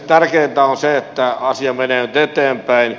tärkeintä on se että asia menee nyt eteenpäin